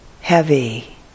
heavy